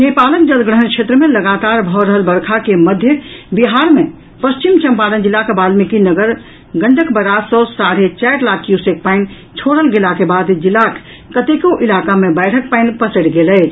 नेपालक जलग्रहण क्षेत्र मे लगातार भऽ रहल बर्षा के मध्य बिहार मे पश्चिम चंपारण जिलाक वाल्मीकिनगर गंडक बराज सॅ साढ़े चारि लाख क्यूसेक पानि छोड़ल गेलाक बाढ़ जिलाक कतेको इलाका मे बाढ़िक पानि पसरि गेल अछि